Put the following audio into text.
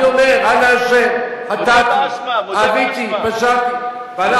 אני אומר: אני אשם, חטאתי, עוויתי, פשעתי.